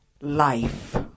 life